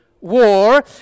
war